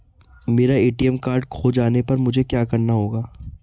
मेरा ATM card खो जाने पर मुझे क्या करना होगा?